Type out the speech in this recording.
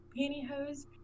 pantyhose